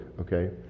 Okay